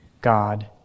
God